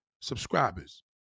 subscribers